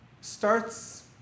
starts